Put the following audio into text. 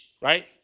right